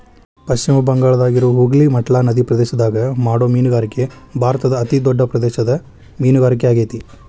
ಪಶ್ಚಿಮ ಬಂಗಾಳದಾಗಿರೋ ಹೂಗ್ಲಿ ಮಟ್ಲಾ ನದಿಪ್ರದೇಶದಾಗ ಮಾಡೋ ಮೇನುಗಾರಿಕೆ ಭಾರತದ ಅತಿ ದೊಡ್ಡ ನಡಿಪ್ರದೇಶದ ಮೇನುಗಾರಿಕೆ ಆಗೇತಿ